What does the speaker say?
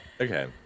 Okay